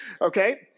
okay